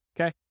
Okay